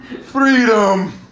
Freedom